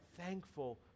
thankful